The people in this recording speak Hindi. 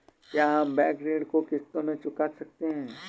क्या हम बैंक ऋण को किश्तों में चुका सकते हैं?